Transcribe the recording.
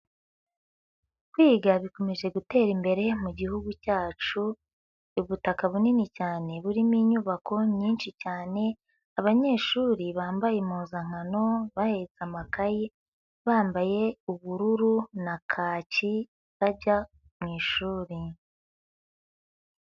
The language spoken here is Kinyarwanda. Kwiga bikomeje gutera imbere mu gihugu cyacu, ubutaka bunini cyane burimo inyubako nyinshi cyane, abanyeshuri bambaye impuzankano bahetse amakayi, bambaye ubururu na kaki bajya mu ishuri.